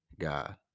God